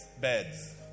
beds